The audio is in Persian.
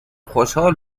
خوشحال